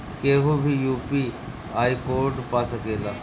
केहू भी UPI code पा सकेला?